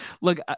Look